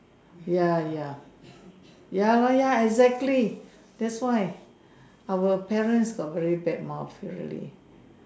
ya ya ya lor ya exactly that's why our parents got very bad mouth really